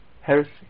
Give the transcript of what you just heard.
heresy